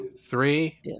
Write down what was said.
Three